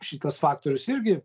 šitas faktorius irgi